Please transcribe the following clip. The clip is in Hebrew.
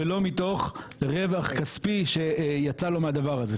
ולא מתוך רווח כספי שיצא לו מהדבר הזה,